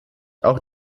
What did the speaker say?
auch